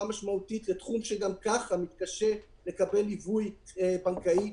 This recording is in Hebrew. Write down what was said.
משמעותית בתחום שגם ככה מתקשה לקבל ליווי בנקאי.